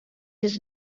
his